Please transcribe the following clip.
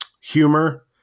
humor